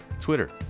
Twitter